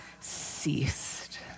ceased